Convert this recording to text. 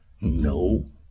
No